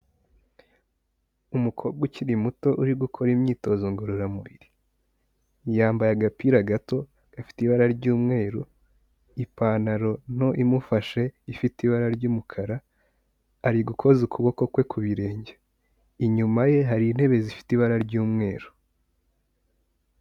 Umukobwa ukiri muto uri gukora imyitozo ngororamubiri. Yambaye agapira gato, gafite ibara ry'umweru. Ipantaro nto imufashe, ifite ibara ry'umukara. Ari gukoza ukuboko kwe ku birenge. Inyuma ye hari intebe zifite ibara ry'umweru.